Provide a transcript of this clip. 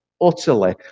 Utterly